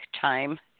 time